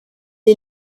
est